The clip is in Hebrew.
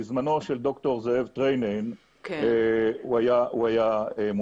בזמנו של ד"ר זאב טריינין הוא היה מונהג.